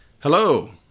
Hello